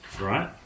right